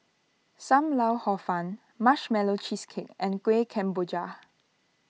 Sam Lau Hor Fun Marshmallow Cheesecake and Kueh Kemboja